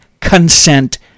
consent